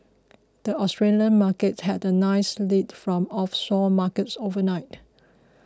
the Australian Markets had a nice lead from offshore markets overnight